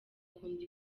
akunda